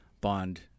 bond